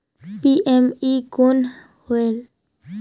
PME कौन होयल?